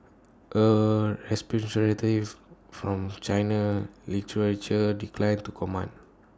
A from China literature declined to comment